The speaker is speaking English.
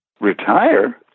Retire